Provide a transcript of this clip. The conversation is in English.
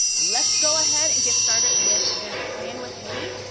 let's go ahead and gets started with this plan with me.